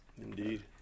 indeed